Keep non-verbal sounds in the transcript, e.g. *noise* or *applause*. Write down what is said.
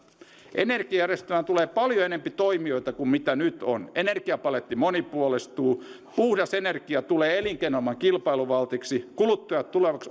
energiajärjestelmään tulee paljon enempi toimijoita kuin nyt on energiapaletti monipuolistuu puhdas energia tulee elinkeinoelämän kilpailuvaltiksi kuluttajat tulevat *unintelligible*